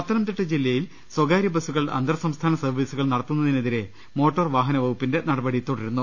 പത്തനംതിട്ട ജില്ലയിൽ സ്വകാര്യ ബസ്സുകൾ അന്തർ സംസ്ഥാന സർവ്വീസുകൾ നടത്തുന്നതിനെതിരെ മോട്ടോർ വാഹന വകുപ്പിന്റെ നടപടി തുടരുന്നു